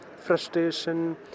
frustration